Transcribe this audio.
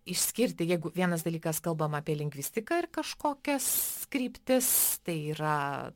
išskirti jeigu vienas dalykas kalbam apie lingvistiką ir kažkokias kryptis tai yra